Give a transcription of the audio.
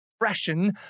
expression